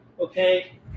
Okay